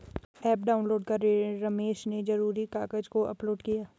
app download कर रमेश ने ज़रूरी कागज़ को अपलोड किया